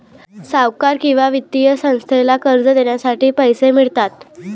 सावकार किंवा वित्तीय संस्थेला कर्ज देण्यासाठी पैसे मिळतात